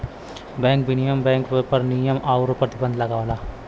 bank विनियमन bank पर नियम आउर प्रतिबंध लगावला